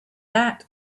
that